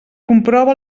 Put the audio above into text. comprova